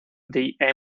the